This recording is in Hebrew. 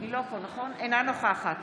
אינה נוכחת